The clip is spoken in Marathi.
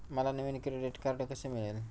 मला नवीन क्रेडिट कार्ड कसे मिळेल?